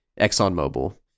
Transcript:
ExxonMobil